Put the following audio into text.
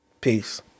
Peace